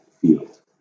field